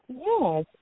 Yes